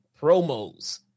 promos